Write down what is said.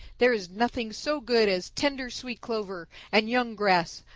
there is nothing so good as tender sweet clover and young grass,